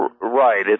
Right